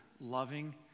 loving